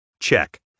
check